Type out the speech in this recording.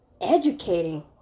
educating